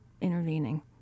intervening